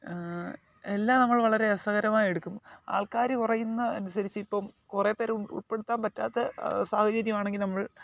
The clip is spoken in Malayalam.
എല്ലാം നമ്മൾ വളരെ രസകരമായി എടുക്കും ആൾക്കാർ കുറയുന്ന അനുസരിച്ച് ഇപ്പം കുറെ പേരെ ഉൾപ്പെടുത്താൻ പറ്റാത്ത സാഹചര്യം ആണെങ്കിൽ നമ്മൾ